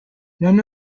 none